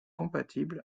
compatible